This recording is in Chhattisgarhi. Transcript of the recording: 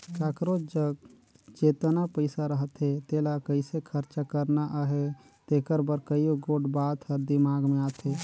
काकरोच जग जेतना पइसा रहथे तेला कइसे खरचा करना अहे तेकर बर कइयो गोट बात हर दिमाक में आथे